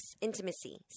intimacy